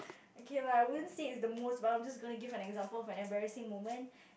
okay lah I won't say it's the most but I'm just gonna give an example of a embarrassing moment